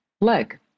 leg